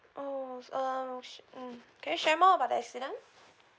oh oh shit mm can you share more about the accident